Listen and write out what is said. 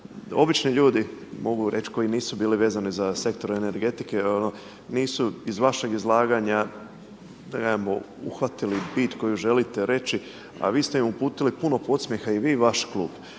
obični ljudi mogu reći koji nisu bili vezani za sektor energetike nisu iz vašeg izlaganja da kažemo uhvatili bit koju želite reći, a vi ste im uputili puno podsmjeha i vi i vaš klub.